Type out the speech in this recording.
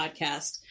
podcast